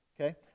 okay